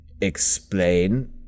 explain